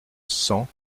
cent